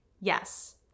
yes